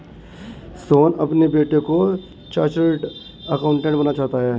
सोहन अपने बेटे को चार्टेट अकाउंटेंट बनाना चाहता है